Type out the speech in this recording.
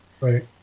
Right